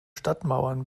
stadtmauern